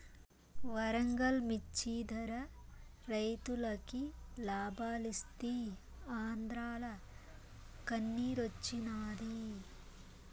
వరంగల్ మిచ్చి ధర రైతులకి లాబాలిస్తీ ఆంద్రాల కన్నిరోచ్చినాది